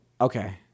Okay